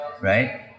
right